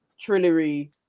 Trillery